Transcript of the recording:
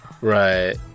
Right